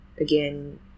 again